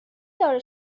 داره